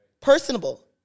personable